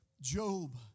Job